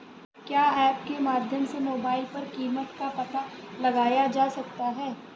क्या ऐप के माध्यम से मोबाइल पर कीमत का पता लगाया जा सकता है?